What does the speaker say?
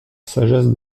sagesse